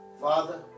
Father